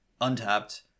untapped